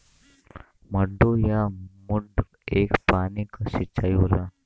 मड्डू या मड्डा एक पानी क सिंचाई होला